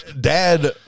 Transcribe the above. dad